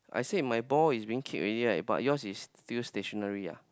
I say my ball is being kicked already right but yours is still stationary ah